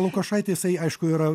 lukošaitį jisai aišku yra